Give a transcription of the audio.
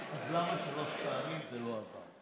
אז למה שלוש פעמים זה לא עבר?